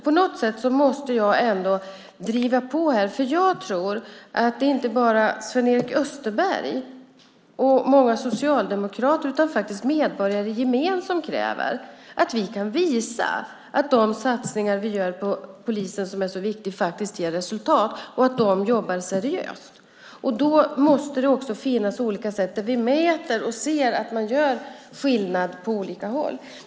På något sätt måste jag ändå driva på här. Jag tror att det inte bara är Sven-Erik Österberg och många socialdemokrater utan medborgare i gemen som kräver att vi kan visa att de satsningar vi gör på polisen faktiskt ger resultat och att polisen jobbar seriöst. Då måste det också finnas olika sätt att mäta och se att man gör skillnad.